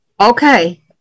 Okay